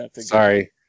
sorry